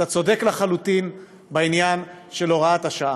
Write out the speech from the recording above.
שאתה צודק לחלוטין בעניין של הוראת השעה.